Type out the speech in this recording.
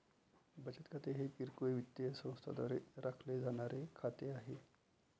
बचत खाते हे किरकोळ वित्तीय संस्थांद्वारे राखले जाणारे खाते आहे